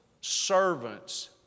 servants